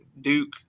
Duke